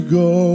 go